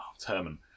Herman